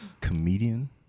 comedian